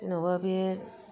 जेन'बा बे